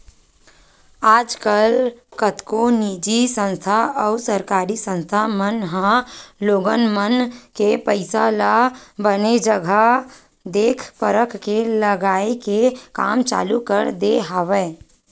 आजकल कतको निजी संस्था अउ सरकारी संस्था मन ह लोगन मन के पइसा ल बने जघा देख परख के लगाए के काम चालू कर दे हवय